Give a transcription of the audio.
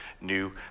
new